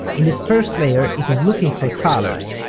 in this first layer, it is looking for colors,